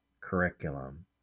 curriculum